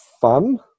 fun